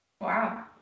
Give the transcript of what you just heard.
Wow